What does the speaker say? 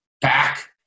back